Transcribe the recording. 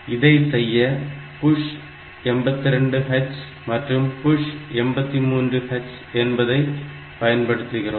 இதை செய்ய push 82 H மற்றும் push 83 H என்பதை பயன்படுத்துகிறோம்